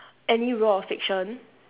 any role of fiction